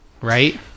right